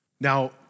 Now